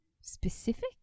specific